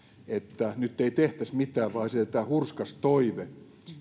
että nyt ei tehtäisi mitään vaan esitetään hurskas toive